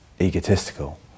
egotistical